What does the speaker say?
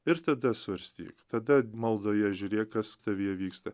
ir tada svarstyk tada maldoje žiūrėk kas tavyje vyksta